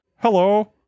Hello